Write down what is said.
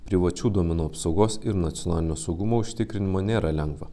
privačių duomenų apsaugos ir nacionalinio saugumo užtikrinimo nėra lengva